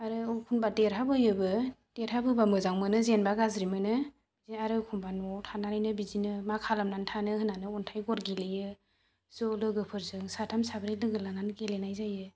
आरो एखनबा देरहाबोयोबो देरहाबोबा मोजां मोनो जेनबा गाज्रि मोनो आरो एखनबा न'आव थानानैनो बिदिनो मा खालामनानै थानो होननानै अन्थाइ गर गेलेयो ज' लोगोफोरजों साथाम साब्रै लोगो लानानै गेलेनाय जायो